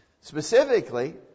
Specifically